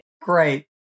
Great